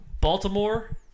Baltimore